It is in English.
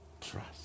Trust